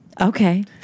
Okay